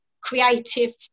creative